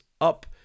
up